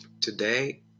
today